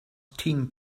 team